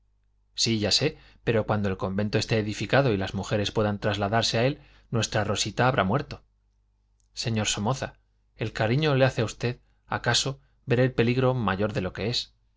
sí ya sé pero cuando el convento esté edificado y las mujeres puedan trasladarse a él nuestra rosita habrá muerto señor somoza el cariño le hace a usted acaso ver el peligro mayor de lo que es